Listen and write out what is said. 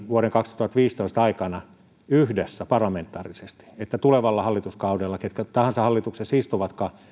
vuoden kaksituhattaviisitoista aikana päätettiin yhdessä parlamentaarisesti että tulevalla hallituskaudella ketkä tahansa hallituksessa istuvatkaan